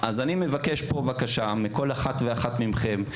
אז אני מבקש פה בקשה מכל אחת ואחד מכם,